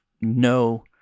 no